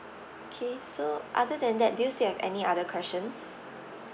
okay so other than that do you still have any other questions